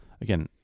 again